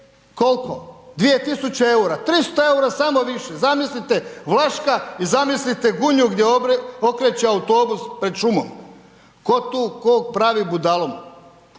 koliko? 2000 eura, 300 eura samo više. Zamislite Vlaška i zamislite Gunju gdje okreće autobus pred šumom. Tko tu koga pravi budalom?